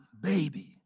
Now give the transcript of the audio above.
baby